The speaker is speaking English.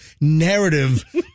narrative